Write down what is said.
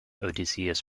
odysseus